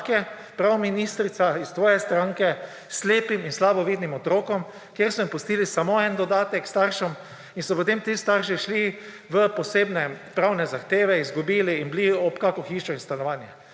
prav ministrica iz tvoje stranke – slepim in slabovidnim otrokom, kjer so staršem pustili samo en dodatek in so potem ti starši šli v posebne pravne zahteve, izgubili in bili ob kakšno hišo in stanovanje.